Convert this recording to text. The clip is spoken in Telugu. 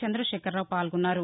చందశేఖరరాపు పాల్గొన్నారు